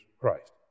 Christ